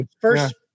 First